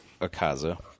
Akaza